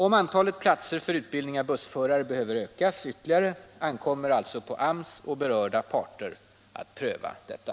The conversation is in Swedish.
Om antalet platser för utbildning av bussförare behöver ökas ytterligare, ankommer det således på AMS och berörda parter att pröva detta.